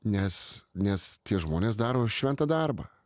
nes nes tie žmonės daro šventą darbą